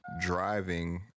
driving